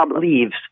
leaves